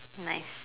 nice